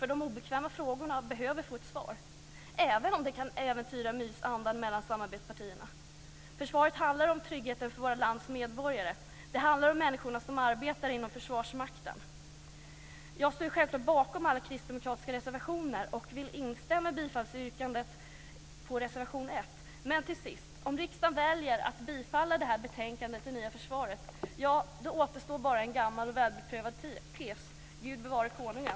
De obekväma frågorna behöver få ett svar, även om det kan äventyra mysandan mellan samarbetspartierna. Försvaret handlar om tryggheten för vårt lands medborgare, och det handlar om människorna som arbetar inom Försvarsmakten. Jag står självfallet bakom alla kristdemokratiska reservationer och vill instämma i bifallsyrkandet på reservation 1. Till sist: om riksdagen väljer att bifalla detta betänkande, Det nya försvaret, återstår bara en gammal och väl beprövad tes: Gud bevare konungen!